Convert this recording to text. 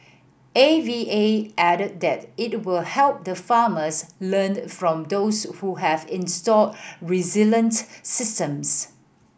A V A added that it will help the farmers learned from those who have installed resilient systems